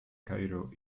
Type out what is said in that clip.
cairo